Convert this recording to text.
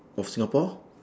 of singapore